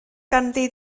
ganddi